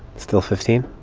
still fifteen?